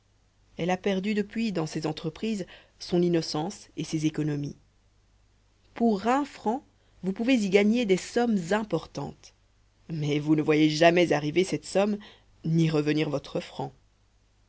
elle a perdu depuis dans ces entreprises son innocence et ses économies pour un franc vous pouvez y gagner des sommes importantes mais vous ne voyez jamais arriver cette somme ni revenir votre franc